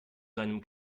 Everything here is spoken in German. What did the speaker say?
seinem